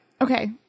okay